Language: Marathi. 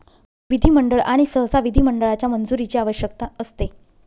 विधिमंडळ आणि सहसा विधिमंडळाच्या मंजुरीची आवश्यकता असते